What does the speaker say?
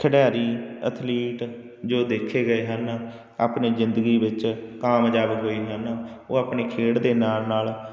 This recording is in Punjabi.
ਖਿਡਾਰੀ ਅਥਲੀਟ ਜੋ ਦੇਖੇ ਗਏ ਹਨ ਆਪਣੀ ਜ਼ਿੰਦਗੀ ਵਿੱਚ ਕਾਮਯਾਬ ਹੋਏ ਹਨ ਉਹ ਆਪਣੀ ਖੇਡ ਦੇ ਨਾਲ ਨਾਲ